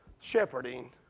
shepherding